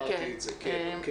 אמרת לי את זה אפרופו דבר אחר.